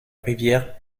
rivière